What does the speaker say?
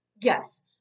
yes